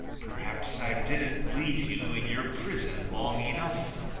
perhaps i didn't leave you in your prison long enough.